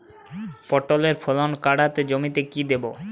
পটলের ফলন কাড়াতে জমিতে কি দেবো?